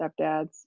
stepdads